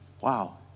Wow